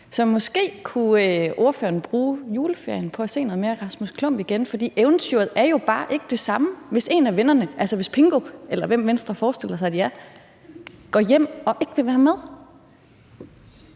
måske kunne ordføreren bruge juleferien på at se noget mere Rasmus Klump igen, for eventyret er jo bare ikke det samme, hvis en af vennerne – Pingo, eller hvem